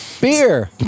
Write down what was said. Beer